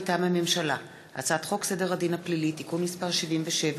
מטעם הממשלה: הצעת חוק סדר הדין הפלילי (תיקון מס' 77),